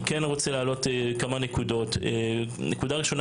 אני מבקש להעלות כמה נקודות: הנקודה הראשונה